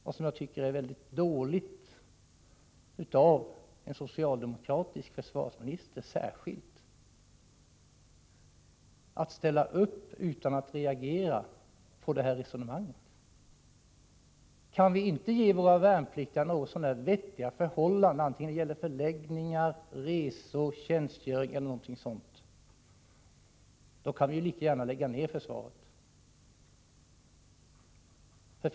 Det är också mycket dåligt av försvarsministern — och då särskilt av en socialdemokratisk försvarsminister — att, utan att reagera, ställa sig bakom ett sådant här resonemang. Om vi inte kan erbjuda våra värnpliktiga något så när vettiga förhållanden — vare sig det gäller förläggningar, resor, tjänstgöring eller någonting annat — kan vi lika gärna lägga ner försvaret.